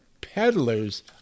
Peddlers